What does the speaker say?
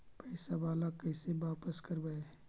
पैसा बाला कैसे बापस करबय?